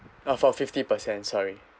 uh for fifty percent sorry